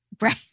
Right